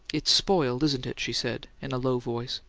it's spoiled, isn't it? she said, in a low voice.